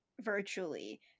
virtually